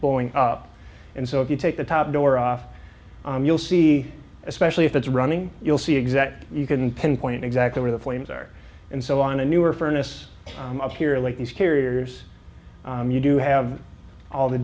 blowing up and so if you take the top door off you'll see especially if it's running you'll see exactly you can pinpoint exactly where the flames are and so on a newer furnace up here like these carriers you do have all the